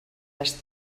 les